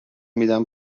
میدم